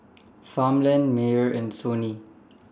Farmland Mayer and Sony